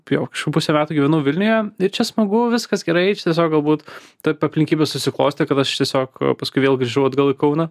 jo kažkur pusę metų gyvenau vilniuje ir čia smagu viskas gerai čia tiesiog galbūt taip aplinkybės susiklostė kad aš tiesiog paskui vėl grįžau atgal į kauną